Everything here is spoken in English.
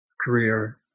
career